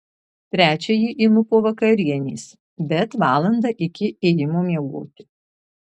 trečiąjį imu po vakarienės bet valandą iki ėjimo miegoti